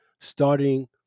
starting